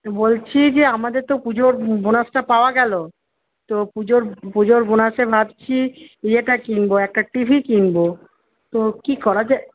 বলছি যে আমাদের তো পুজোর বোনাসটা পাওয়া গেল তো পুজোর পুজোর বোনাসে ভাবছি ইয়েটা কিনব একটা টিভি কিনব তো কি করা যায়